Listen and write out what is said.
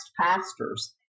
pastors